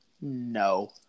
No